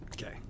Okay